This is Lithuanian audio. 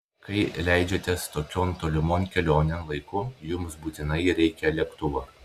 kai leidžiatės tokion tolimon kelionėn laiku jums būtinai reikia lėktuvo